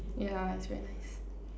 yeah it's very nice